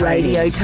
Radio